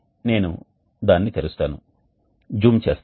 కాబట్టి నేను దానిని తెరుస్తాను జూమ్ చేస్తాను